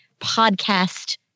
podcast